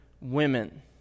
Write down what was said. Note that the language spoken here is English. women